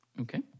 Okay